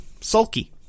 sulky